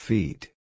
Feet